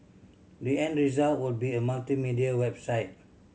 the end result will be a multimedia website